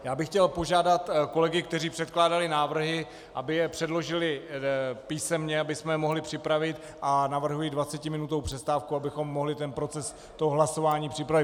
Já bych chtěl požádat kolegy, kteří předkládali návrhy, aby je předložili písemně, abychom je mohli připravit, a navrhuji dvacetiminutovou přestávku, abychom mohli ten proces hlasování připravit.